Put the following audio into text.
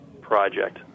project